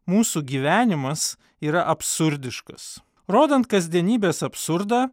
mūsų gyvenimas yra absurdiškas rodant kasdienybės absurdą